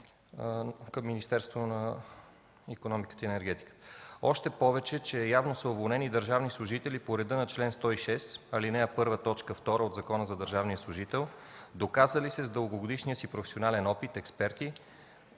към Министерството на икономиката и енергетиката. Още повече, явно са уволнени държавни служители по реда на чл. 106, ал. 1, т. 2 от Закона за държавния служител, доказали се с дългогодишния си професионален опит – експерти,